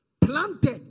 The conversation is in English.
planted